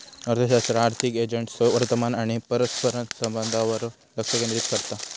अर्थशास्त्र आर्थिक एजंट्सच्यो वर्तनावर आणि परस्परसंवादावर लक्ष केंद्रित करता